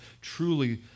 truly